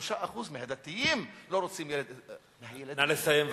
ו-23% מהדתיים לא רוצים ילד אתיופי, נא לסיים.